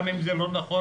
גם אם זה לא נכון,